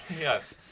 Yes